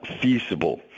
feasible